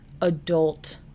adult